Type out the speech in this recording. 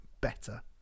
better